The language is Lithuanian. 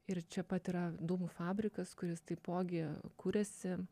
ir čia pat yra dūmų fabrikas kuris taipogi kuriasi